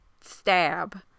stab